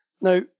Now